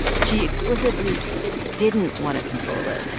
she explicitly didn't want to control it.